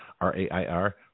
R-A-I-R